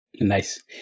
Nice